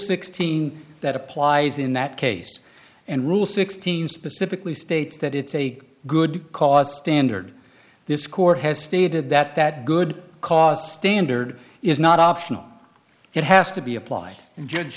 sixteen that applies in that case and rule sixteen specifically states that it's a good cause standard this court has stated that that good cause standard is not optional it has to be applied and judge